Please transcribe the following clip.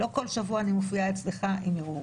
לא כל שבוע אני מופיעה אצלך עם ערעור,